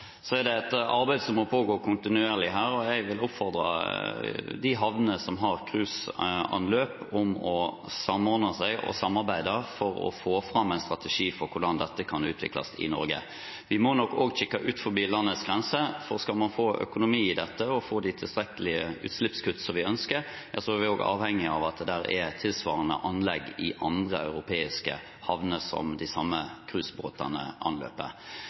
Det er et arbeid som må pågå kontinuerlig her, og jeg vil oppfordre de havnene som har cruiseanløp, til å samordne seg og samarbeide for å få fram en strategi for hvordan dette kan utvikles i Norge. Vi må nok også kikke utenfor landets grenser, for skal man få økonomi i dette og få de tilstrekkelige utslippskuttene vi ønsker, er vi også avhengig av at det er tilsvarende anlegg i andre europeiske havner som de samme cruiseskipene anløper.